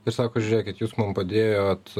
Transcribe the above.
ir sako žiūrėkit jūs mum padėjot